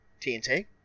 TNT